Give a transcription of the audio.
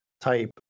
type